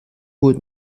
holt